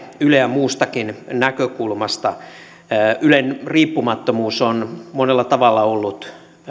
muustakin näkökulmasta ylen riippumattomuus on monella tavalla ollut